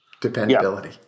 dependability